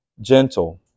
gentle